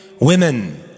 women